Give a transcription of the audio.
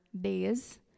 days